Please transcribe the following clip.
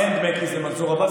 אין דמי כיס למנסור עבאס.